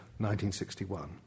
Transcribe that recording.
1961